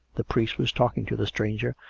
the priest was talking to the stranger,